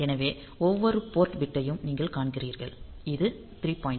எனவே ஒவ்வொரு போர்ட் பிட்டையும் நீங்கள் காண்கிறீர்கள் இது 3